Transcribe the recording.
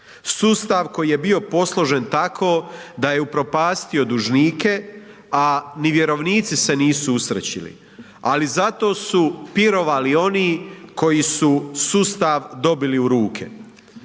Sustav koji je bio posložen tako da je upropastio dužnike, a ni vjerovnici se nisu usrećili, ali zato su pirovali oni koji su sustav dobili u ruke.